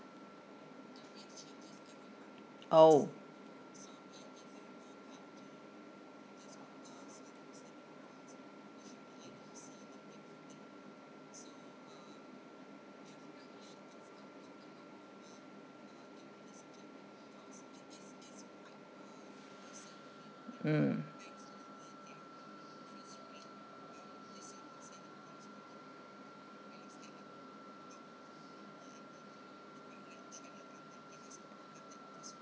oh mm